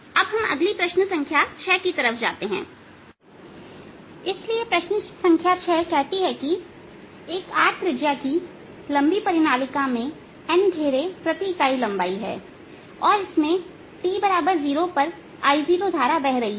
अब हम अगली प्रश्न संख्या 6 की तरफ जाते हैं इसलिए प्रश्न संख्या 6 कहता है कि एक r त्रिज्या की लंबी परिनालिका में n घेरे प्रति इकाई लंबाई है और इसमें समय t0 I0धारा बह रही है